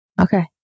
Okay